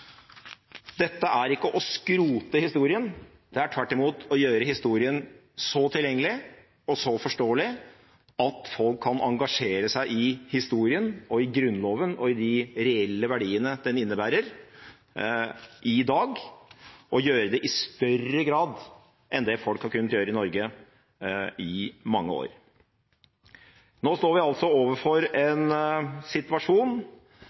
Dette er ikke å skrote historien. Det er tvert imot å gjøre historien så tilgjengelig og så forståelig at folk kan engasjere seg i historien og i Grunnloven og de reelle verdiene den innebærer i dag, og gjøre det i større grad enn folk har kunnet gjøre i Norge på mange år. Nå står vi overfor en situasjon